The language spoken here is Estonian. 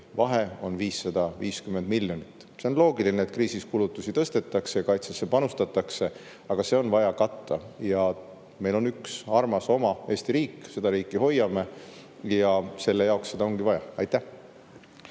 Vahe on 550 miljonit. See on loogiline, et kriisis kulutusi tõstetakse ja kaitsesse panustatakse, aga see [vahe] on vaja katta. Meil on üks armas oma Eesti riik – seda riiki hoiame ja selle jaoks seda ongi vaja. Suur